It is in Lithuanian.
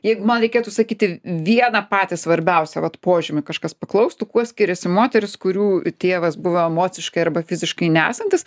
jeigu man reikėtų sakyti vieną patį svarbiausią vat požymį kažkas paklaustų kuo skiriasi moterys kurių tėvas buvo emociškai arba fiziškai nesantis